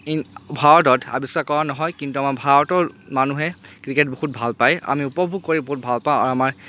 ই ভাৰতত আৱিষ্কাৰ কৰা নহয় কিন্তু আমাৰ ভাৰতৰ মানুহে ক্ৰিকেট বহুত ভাল পায় আমি উপভোগ কৰি বহুত ভাল পাওঁ আৰু আমাৰ